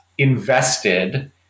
invested